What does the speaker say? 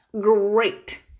Great